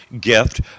gift